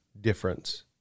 difference